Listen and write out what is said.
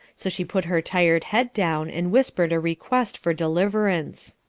so she put her tired head down, and whispered a request for deliverance.